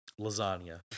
Lasagna